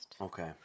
Okay